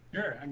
Sure